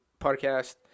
podcast